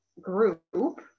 group